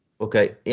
Okay